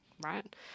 right